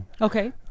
Okay